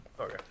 Okay